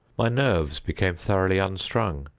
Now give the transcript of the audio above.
my nerves became thoroughly unstrung,